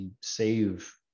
save